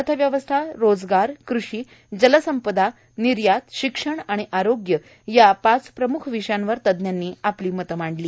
अर्थव्यवस्था रोजगार कृषी जलसंपदा निर्यात शिक्षण आणि आरोग्य या पाच प्रम्ख विषयांवर तज्ज्ञांनी आपली मतं मांडली